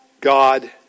God